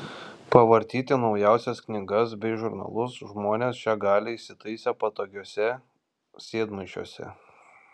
pavartyti naujausias knygas bei žurnalus žmonės čia gali įsitaisę patogiuose sėdmaišiuose